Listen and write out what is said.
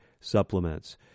supplements